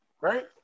Right